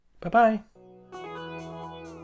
Bye-bye